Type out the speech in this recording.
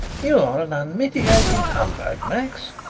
you are an unmitigated humbug, max,